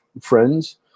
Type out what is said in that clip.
friends